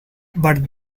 but